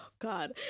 God